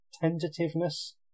tentativeness